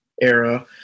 era